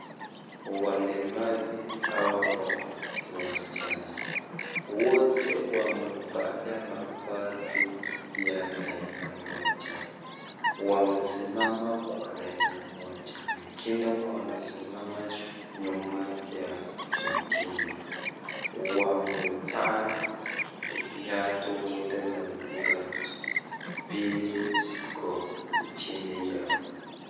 Walemavu hawa wako kiwanjani , wote wamevalia mavasi ya aina moja, wanasimama kwa laini moja wengine wanasimama nyuma ya ingine , wamevaa viatu wote na mpira mbili ziko chini yao.